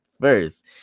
first